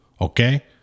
Okay